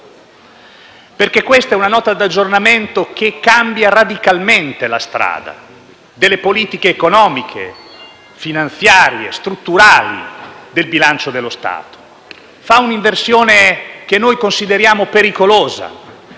La presente Nota di aggiornamento cambia radicalmente la strada delle politiche economiche, finanziarie, strutturali, del bilancio delle Stato. Fa un'inversione che consideriamo pericolosa,